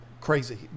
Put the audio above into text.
crazy